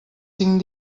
cinc